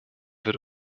wird